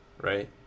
right